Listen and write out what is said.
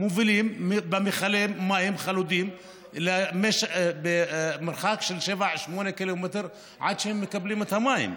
מובילים במכלי מים חלודים למרחק של 7 8 ק"מ עד שהם מקבלים את המים.